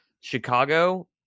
Chicago